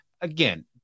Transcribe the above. Again